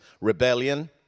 Rebellion